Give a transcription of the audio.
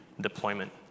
deployment